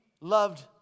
loved